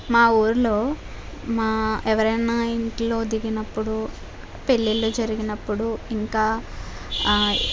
మా ఊళ్ళో మా ఎవరైన ఇంట్లో దిగినప్పుడు పెళ్ళిళ్ళు జరిగినప్పుడు ఇంకా